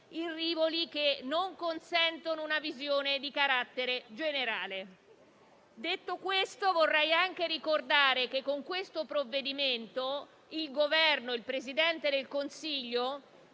in rivoli che non consentono una visione di carattere generale. Detto questo, vorrei anche ricordare che con questo provvedimento il Governo e il Presidente del Consiglio